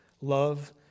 love